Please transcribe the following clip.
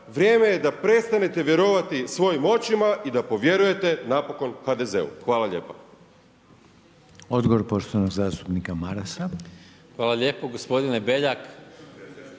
vrijeme je da prestanete vjerovati svojim očima i da povjerujete napokon HDZ-u. Hvala lijepa.